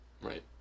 Right